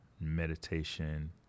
meditation